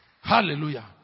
Hallelujah